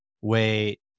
Wait